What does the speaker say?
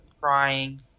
crying